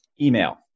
email